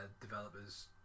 developers